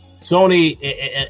sony